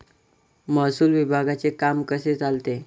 महसूल विभागाचे काम कसे चालते?